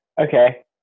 Okay